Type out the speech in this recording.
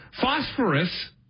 Phosphorus